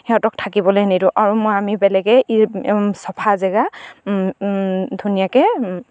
সিহঁতক থাকিবলে নিদিওঁ আৰু মই আমি বেলেগে ই চফা জেগা ধুনীয়াকে